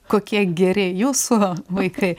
kokie geri jūsų va vaikai